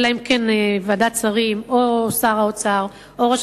אלא אם כן ועדת שרים או שר האוצר או ראש